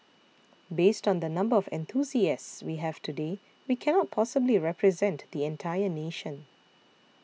based on the number of enthusiasts we have today we cannot possibly represent the entire nation